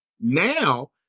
now